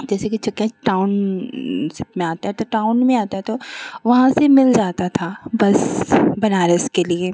जैसे कि चकिया टाउनशिप में आती है तो टाउन में आता है तो वहाँ से मिल जाती थी बस बनारस के लिए